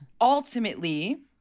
ultimately